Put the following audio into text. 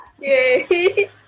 Yay